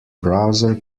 browser